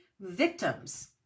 Victims